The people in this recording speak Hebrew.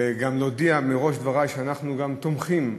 וגם להודיע בראש דברי שאנחנו גם תומכים,